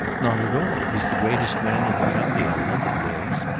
not at all. he's the greatest man in the county on hunting days.